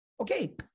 Okay